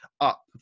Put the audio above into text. up